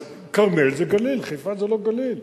אז כרמיאל זה גליל, חיפה זה לא גליל.